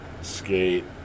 skate